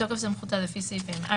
התשפ"ב 2021 בתוקף סמכותה לפי סעיפים 4,